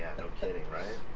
no kidding, right?